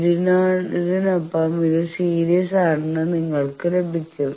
ഇതിനൊപ്പം ഇത് സീരീസ് ആണെന്ന് നിങ്ങൾക്ക് ലഭിക്കും